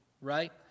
right